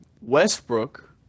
Westbrook